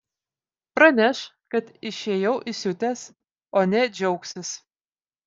praneš kad išėjau įsiutęs o anie džiaugsis